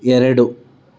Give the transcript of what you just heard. ಎರಡು